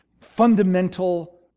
fundamental